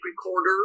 recorder